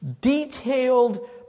detailed